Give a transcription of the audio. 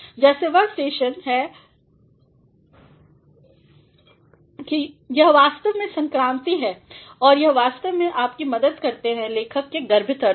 जैसे वह स्टेशन हैं कि यह वास्तव में संक्रांति हैं और यह वास्तव में आपकी मदद करते हैं लेखक के गर्भित अर्थ को